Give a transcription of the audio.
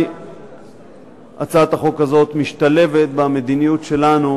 ודאי משתלבת במדיניות שלנו,